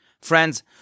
Friends